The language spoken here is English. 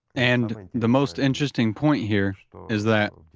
and the most interesting point here is that,